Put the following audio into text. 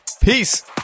Peace